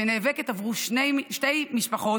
שנאבקת עבור שתי משפחות,